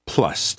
Plus